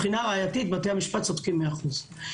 מבחינה ראייתית, בתי המשפטי צודקים במאת האחוזים.